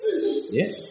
Yes